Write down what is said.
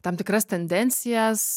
tam tikras tendencijas